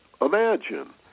imagine